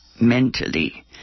mentally